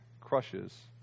crushes